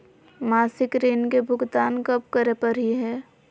मासिक ऋण के भुगतान कब करै परही हे?